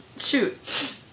shoot